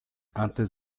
antes